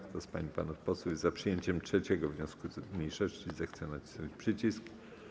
Kto z pań i panów posłów jest za przyjęciem 3. wniosku mniejszości, zechce nacisnąć przycisk.